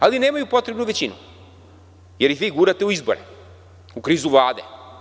Ali, nemaju potrebnu većinu, jer ih vi gurate u izbore, u krizu Vlade.